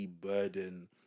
burden